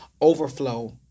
Overflow